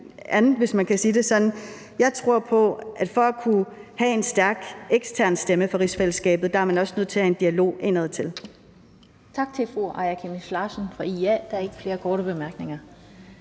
Jeg tror på, at for at kunne have en stærk ekstern stemme for rigsfællesskabet, er man også nødt til at have en dialog indadtil.